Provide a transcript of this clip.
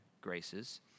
graces